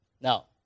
Now